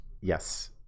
Yes